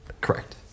Correct